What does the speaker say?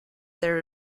their